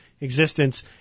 existence